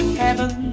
heaven